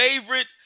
favorite